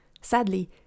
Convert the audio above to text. Sadly